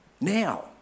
now